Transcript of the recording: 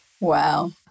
Wow